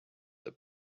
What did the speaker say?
the